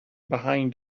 behind